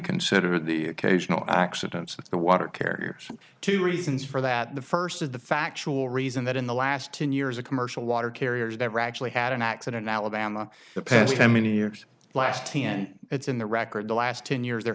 consider the occasional accidents with the water carriers two reasons for that the first is the factual reason that in the last ten years of commercial water carriers never actually had an accident alabama passed them many years last ten it's in the record the last ten years there